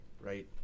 Right